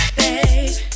babe